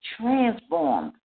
transformed